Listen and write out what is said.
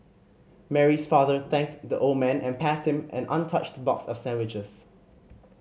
Mary's father thanked the old man and passed him an untouched box of sandwiches